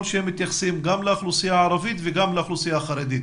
שהם מתייחסים גם לאוכלוסייה הערבית וגם לאוכלוסייה החרדית.